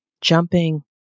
Jumping